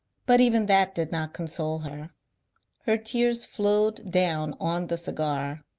but even that did not con sole her her tears flowed down on the cigar,